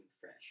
fresh